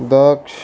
Daksh